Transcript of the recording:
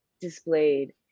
displayed